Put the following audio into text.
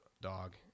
dog